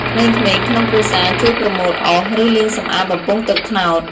ក្មេងៗក្នុងគ្រួសារជួយប្រមូលអុស ឬលាងសម្អាតបំពង់ទឹកត្នោត។